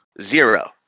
Zero